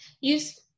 Use